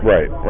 Right